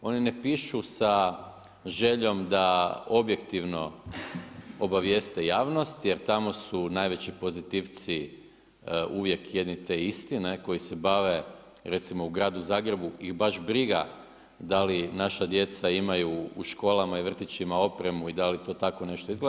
Oni ne pišu sa željom da objektivno obavijeste javnost jer tamo su najveći pozitivci uvijek jedni te isti koji se bave recimo u gradu Zagrebu ih baš briga da li naša djeca imaju u školama i vrtićima opremu i da li to tako nešto izgleda.